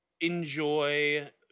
enjoy